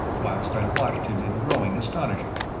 whilst i watched him in growing astonishment.